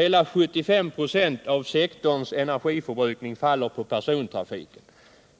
Hela 75 96 av sektorns energiförbrukning faller på persontrafiken,